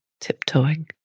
tiptoeing